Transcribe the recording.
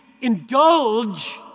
indulge